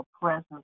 presence